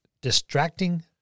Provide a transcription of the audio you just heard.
distracting